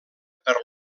per